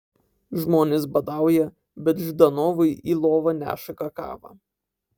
žmonės badauja bet ždanovui į lovą neša kakavą